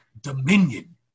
Dominion